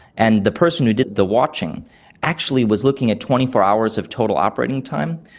and the person who did the watching actually was looking at twenty four hours of total operating time,